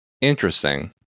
Interesting